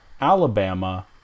Alabama